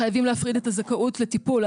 חייבים להפריד את הזכאות לטיפול.